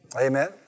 Amen